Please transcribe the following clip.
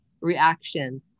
reaction